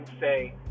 say